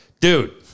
Dude